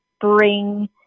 bring